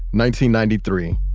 ninety ninety three,